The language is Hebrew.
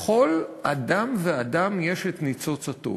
בכל אדם ואדם יש את ניצוץ הטוב.